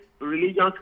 religion